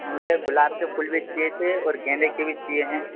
मुझे गुलाब के फूल भी चाहिए थे और गेंदे के भी चाहिए हैं